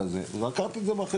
אז רק לקחת את האפשרות הזאת בחשבון,